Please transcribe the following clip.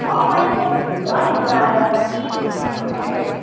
म यहीँ बस्दैछु त हिजो आएर बस्दैछु तपाईँकै